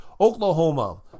Oklahoma